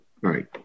right